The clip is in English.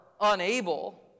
unable